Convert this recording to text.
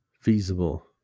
feasible